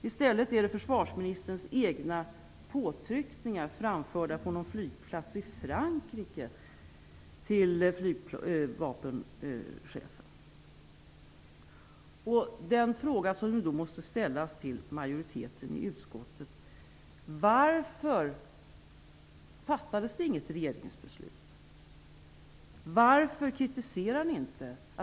I stället är det försvarsministerns egna påtryckningar, framförda på någon flygplats i Frankrike till flygvapenchefen. Den fråga som då måste ställas till majoriteten i utskottet är: Varför fattades det inget regeringsbeslut? Varför kritiserar ni inte detta?